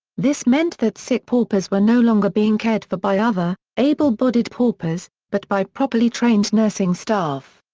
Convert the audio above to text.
this meant that sick paupers were no longer being cared for by other, able-bodied paupers, but by properly trained nursing staff.